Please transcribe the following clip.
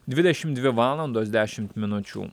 dvidešimt dvi valandos dešimt minučių